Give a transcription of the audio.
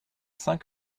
cinq